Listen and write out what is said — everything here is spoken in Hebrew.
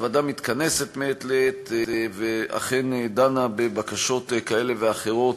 הוועדה מתכנסת מעת לעת ואכן דנה בבקשות כאלה ואחרות.